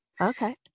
Okay